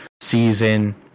season